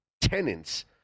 tenants